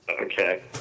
Okay